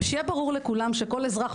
שיהיה ברור לכולם שכל אזרח,